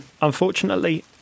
Unfortunately